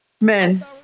Men